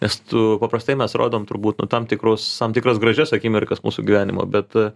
nes tu paprastai mes rodom turbūt nu tam tikrus tam tikras gražias akimirkas mūsų gyvenimo bet